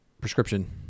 prescription